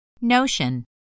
Notion